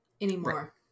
anymore